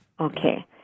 Okay